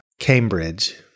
Cambridge